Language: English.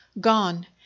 gone